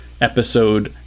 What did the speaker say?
episode